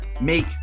make